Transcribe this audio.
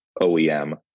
OEM